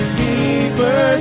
deeper